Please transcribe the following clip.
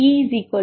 38 இது E 0